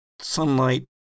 sunlight